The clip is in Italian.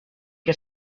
che